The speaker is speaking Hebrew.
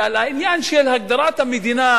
על העניין של הגדרת המדינה,